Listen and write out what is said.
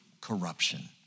corruption